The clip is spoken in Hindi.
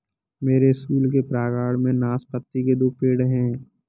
मेरे स्कूल के प्रांगण में नाशपाती के दो पेड़ हैं